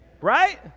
Right